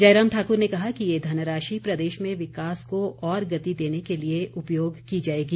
जयराम ठाकुर ने कहा कि ये धनराशि प्रदेश में विकास को और गति देने के लिए उपयोग की जाएगी